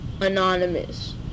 anonymous